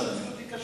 המציאות היא קשה.